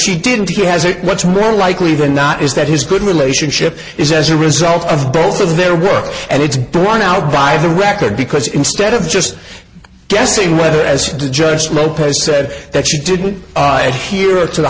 she didn't he has a much more likely than not is that his good relationship is as a result of both of their work and it's borne out by the record because instead of just guessing whether as to just lopez said that she didn't adhere t